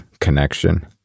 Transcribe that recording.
connection